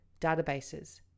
databases